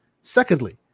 Secondly